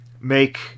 make